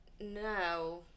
No